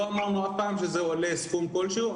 לא אמרנו אף פעם שזה עולה סכום כלשהו.